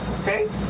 Okay